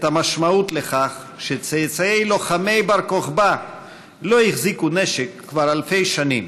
המשמעות של כך שצאצאי לוחמי בר-כוכבא לא החזיקו נשק כבר אלפי שנים,